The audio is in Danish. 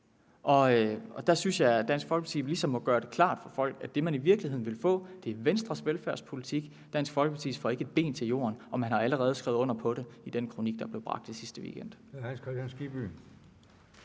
Og der synes jeg, at Dansk Folkeparti ligesom må gøre det klart for folk, at det, man i virkeligheden vil få, er Venstres velfærdspolitik. Dansk Folkeparti får ikke et ben til jorden, og man har allerede skrevet under på det i den kronik, der blev bragt i sidste weekend.